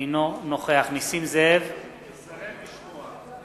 אינו נוכח נסים זאב - מסרב לשמוע.